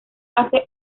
hace